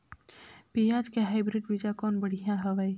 पियाज के हाईब्रिड बीजा कौन बढ़िया हवय?